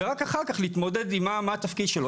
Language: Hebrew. ורק אחר כך להתמודד עם מה התפקיד שלו.